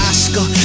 Oscar